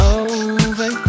over